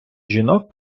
жінок